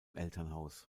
elternhaus